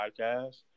podcast